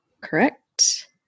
correct